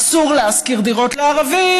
אסור להשכיר דירות לערבים,